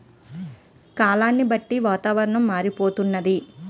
కాలాన్ని బట్టి వాతావరణం మారిపోతన్నాది